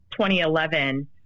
2011